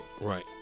Right